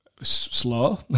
slow